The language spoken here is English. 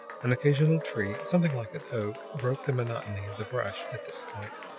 an occasional tree, something like an oak, broke the monotony of the brush at this point,